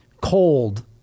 cold